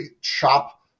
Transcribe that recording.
chop